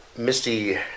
Misty